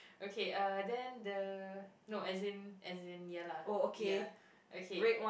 okay uh then the no as in as in ya lah ya okay